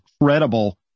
incredible